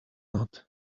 not